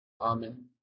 Amen